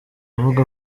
avuga